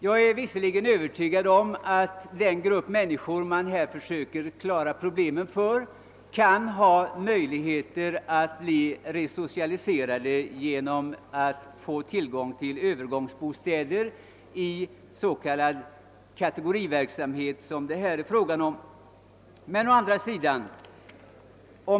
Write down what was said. Jag är visserligen övertygad om att en del av de människor, vilkas problem man här försöker lösa, kan bli resocialiserade genom att få tillgång till övergångsbostäder i s.k. kate gorihus.